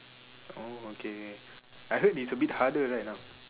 oh okay okay I heard it's a bit harder right now